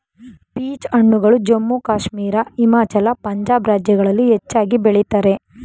peach ಹಣ್ಣುಗಳು ಜಮ್ಮು ಕಾಶ್ಮೀರ, ಹಿಮಾಚಲ, ಪಂಜಾಬ್ ರಾಜ್ಯಗಳಲ್ಲಿ ಹೆಚ್ಚಾಗಿ ಬೆಳಿತರೆ